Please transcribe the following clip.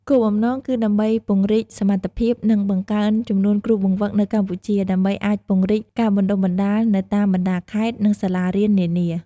គោលបំណងគឺដើម្បីពង្រីកសមត្ថភាព និងបង្កើនចំនួនគ្រូបង្វឹកនៅកម្ពុជា ដើម្បីអាចពង្រីកការបណ្ដុះបណ្ដាលទៅតាមបណ្ដាខេត្ត និងសាលារៀននានា។